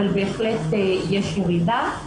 אבל בהחלט יש ירידה.